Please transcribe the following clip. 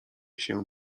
się